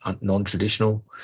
non-traditional